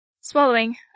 Swallowing